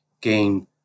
gain